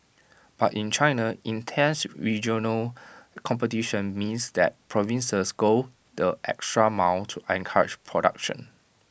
but in China intense regional competition means that provinces go the extra mile to encourage production